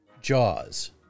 Jaws